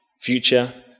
future